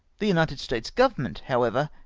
the united states government, however,